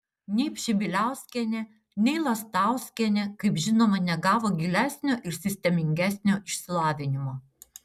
nei pšibiliauskienė nei lastauskienė kaip žinoma negavo gilesnio ir sistemingesnio išsilavinimo